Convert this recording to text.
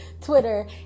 twitter